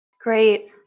great